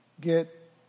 get